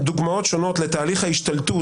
דוגמאות שונות לתהליך ההשתלטות,